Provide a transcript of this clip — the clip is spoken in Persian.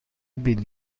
بیل